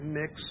mix